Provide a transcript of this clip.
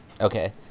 Okay